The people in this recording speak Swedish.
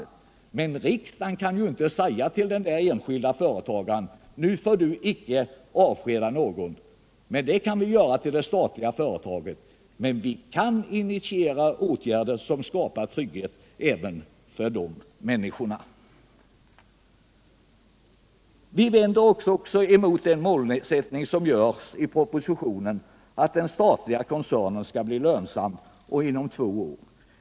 Riksdagen kan inte säga till den enskilde företagaren att han inte får avskeda någon, men det kan vi säga till det statliga företaget. Vi kan initiera åtgärder som skapar trygghet även för de människorna. Vi vänder oss också mot den målsättning som görs i propositionen, att den statliga koncernen skall bli lönsam inom två år.